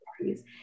stories